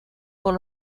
por